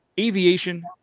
Aviation